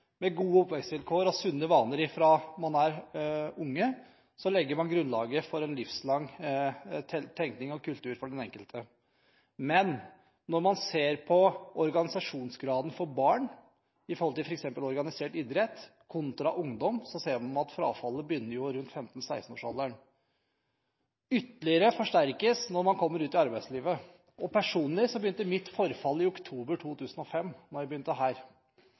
med gode oppvekstsvilkår og sunne vaner fra man er ung legger man grunnlaget for en livslang tenkning og kultur for den enkelte. Men når man ser på organisasjonsgraden for barn, f.eks. i organisert idrett, kontra ungdom, ser man at frafallet begynner rundt 14–15-årsalderen. Det forsterkes ytterligere når man kommer ut i arbeidslivet. Personlig begynte mitt forfall i oktober 2005, da jeg begynte her.